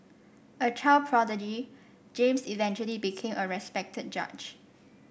a child prodigy James eventually became a respected judge